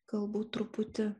galbūt truputį